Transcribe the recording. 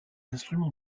instrument